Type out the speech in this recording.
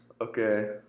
Okay